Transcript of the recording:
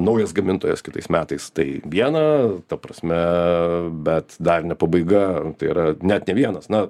naujas gamintojas kitais metais tai viena ta prasme bet dar ne pabaiga tai yra net ne vienas na